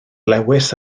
lewis